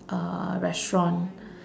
uh restaurant